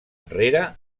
enrere